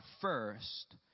first